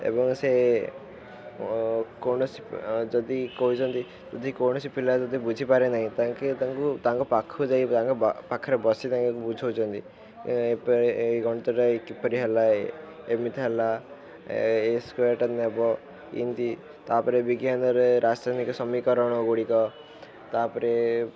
ଏବଂ ସେ କୌଣସି ଯଦି କହୁଛନ୍ତି ଯଦି କୌଣସି ପିଲା ଯଦି ବୁଝିପାରେ ନାହିଁ ତାଙ୍କେ ତାଙ୍କୁ ତାଙ୍କ ପାଖକୁ ଯାଇ ତାଙ୍କ ପାଖରେ ବସି ତାଙ୍କ ବୁଝାଉଛନ୍ତି ଏପରି ଏଇ ଗଣିତଟା କିପରି ହେଲା ଏମିତି ହେଲା ଏ ସ୍କୋୟାର୍ଟା ନେବ ଏମିତି ତା'ପରେ ବିଜ୍ଞାନରେ ରାସାୟନିକ ସମୀକରଣ ଗୁଡ଼ିକ ତା'ପରେ